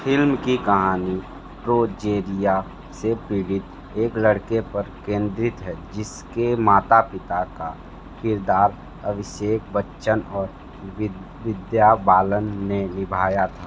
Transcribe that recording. film की कहानी progeria से पीड़ित एक लड़के पर केंद्रित है जिसके माता पिता का किरदार अभिषेक बच्चन और विद्या बालन ने निभाया था